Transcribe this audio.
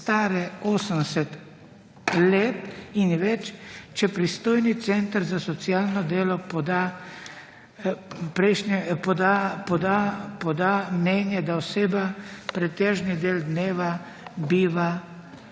stare 80 let in več, če pristojni Center za socialno delo poda mnenje, da oseba pretežni del dneva biva